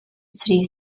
city